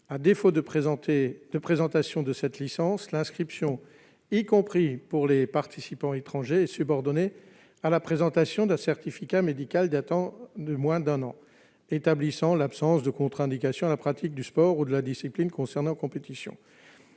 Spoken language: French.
à défaut de présentation de cette licence, l'inscription est subordonnée à la présentation d'un certificat médical datant de moins d'un an, établissant l'absence de contre-indication à la pratique du sport ou de la discipline concernée en compétition,